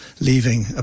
leaving